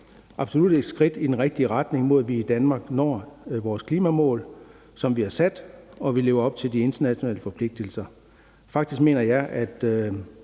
absolut et skridt i den rigtige retning mod, at vi i Danmark når de klimamål, som vi har sat, og at vi lever op til de internationale forpligtelser. Når vi kommer frem